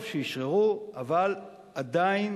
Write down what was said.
טוב שאשררו, אבל עדיין